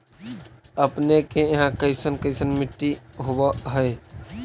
अपने के यहाँ कैसन कैसन मिट्टी होब है?